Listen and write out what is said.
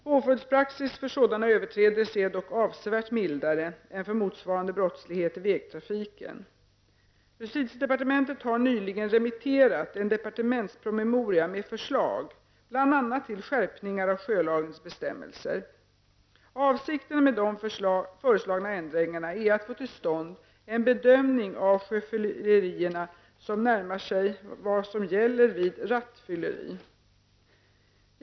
Påföljdspraxis för sådana överträdelser är dock avsevärt mildare än för motsvarande brottslighet i vägtrafiken. Justitiedepartementet har nyligen remitterat en departementspromemoria med förslag bl.a. till skärpningar av sjölagens bestämmelser. Avsikten med de föreslagna ändringarna är att få till stånd en bedömning av sjöfyllerierna som närmar sig vad som gäller vid rattfylleri.